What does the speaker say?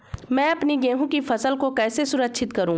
मैं अपनी गेहूँ की फसल को कैसे सुरक्षित करूँ?